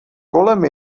kolem